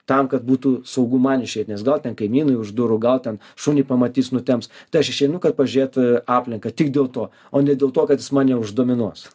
tam kad būtų saugu man išeit nes gal ten kaimynai už durų gal ten šunį pamatys nutemps tai aš išeinu kad pažiūrėt aplinką tik dėl to o ne dėl to kad jis mane už dominuos